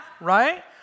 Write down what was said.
right